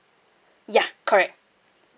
ya correct